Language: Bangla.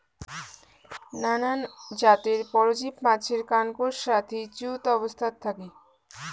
নানান জাতের পরজীব মাছের কানকোর সাথি যুত অবস্থাত থাকি